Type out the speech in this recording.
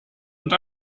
und